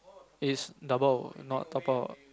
it's dabao not dabao